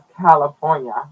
California